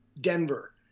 Denver